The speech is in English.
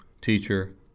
teacher